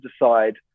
decide